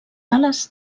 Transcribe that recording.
ales